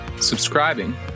subscribing